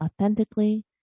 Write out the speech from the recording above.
authentically